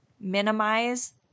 minimize